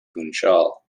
funchal